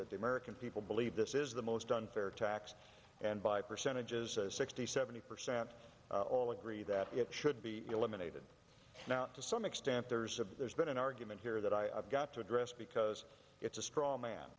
that the american people believe this is the most unfair tax and by percentages sixty seventy percent all agree that it should be eliminated to some extent there's a there's been an argument here that i've got to address because it's a straw man